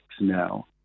now